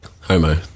Homo